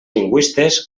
lingüistes